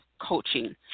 Coaching